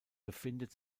befindet